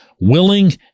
willing